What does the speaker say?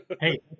hey